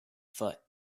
foot